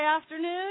afternoon